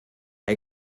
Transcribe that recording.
the